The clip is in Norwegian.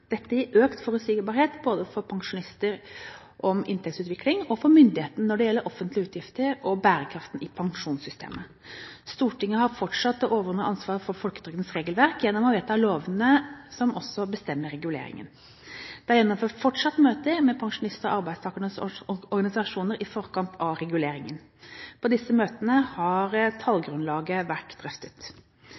Dette gir økt forutsigbarhet både for pensjonister når det gjelder inntektsutviklingen og for myndighetene når det gjelder offentlige utgifter og bærekraften i pensjonssystemet. Stortinget har fortsatt det overordnede ansvar for folketrygdens regelverk gjennom å vedta lovene som også bestemmer reguleringen. Det gjennomføres fortsatt møter med pensjonistenes og arbeidstakernes organisasjoner i forkant av reguleringen. På disse møtene har tallgrunnlaget vært drøftet.